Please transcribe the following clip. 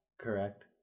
Correct